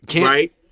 Right